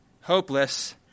hopeless